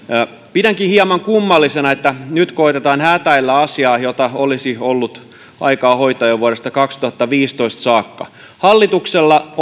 pidänkin hieman kummallisena että nyt koetetaan hätäillä asiaa jota olisi ollut aikaa hoitaa jo vuodesta kaksituhattaviisitoista saakka hallituksella